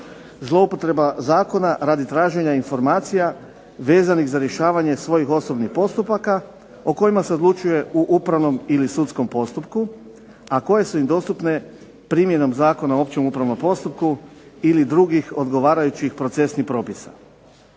zloupotreba zakona radi traženja informacija vezanih za rješavanje svojih osobnih postupaka o kojima se odlučuje u upravnom ili sudskom postupku a koje su im dostupne primjenom Zakona o općem upravnom postupku ili drugih odgovarajućih procesnih propisa.